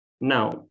Now